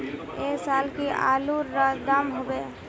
ऐ साल की आलूर र दाम होबे?